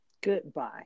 Goodbye